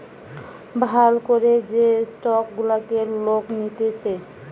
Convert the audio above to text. ভাল করে যে স্টক গুলাকে লোক নিতেছে